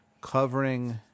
covering